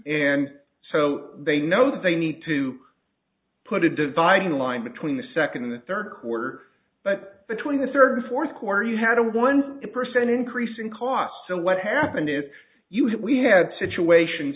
and so they know that they need to put a dividing line between the second and third quarter but between the third or fourth quarter you had a one percent increase in cost so what happened is you had we had situations